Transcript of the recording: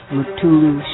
Mutulu